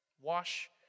Wash